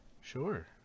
sure